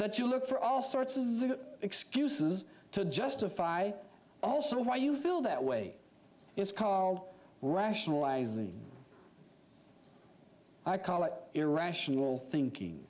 but you look for all sorts is it excuses to justify also why you feel that way it's called rationalizing i call it irrational thinking